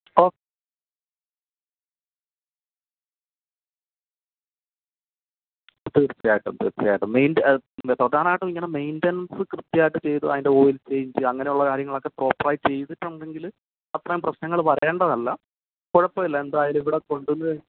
ആ തീർച്ചയായിട്ടും തീർച്ചയായിട്ടും പ്രധാനായിട്ടും ഇങ്ങനെ മെയിൻ്റനൻസ് കൃത്യമായിട്ട് ചെയ്ത് അതിൻ്റെ ഓയിൽ ചേഞ്ച് അങ്ങനെ ഉള്ള കാര്യങ്ങളൊക്കെ പ്രോപ്പർ ആയി ചെയ്തിട്ടുണ്ടെങ്കിൽ അത്രയും പ്രശ്നങ്ങൾ വരേണ്ടത് അല്ല കുഴപ്പമില്ല എന്തായാലും ഇവിടെ കൊണ്ടുവന്ന്